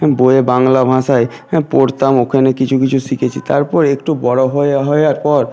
হ্যাঁ বইয়ে বাংলা ভাষায় হ্যাঁ পড়তাম ওখানে কিছু কিছু শিখেছি তারপর একটু বড়ো হয়ে হয়ে যাওয়ার পর